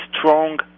strong